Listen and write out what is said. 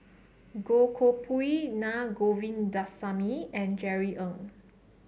Goh Koh Pui Naa Govindasamy and Jerry Ng